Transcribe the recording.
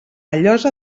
llosa